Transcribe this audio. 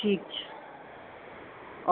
ठीक छै आउ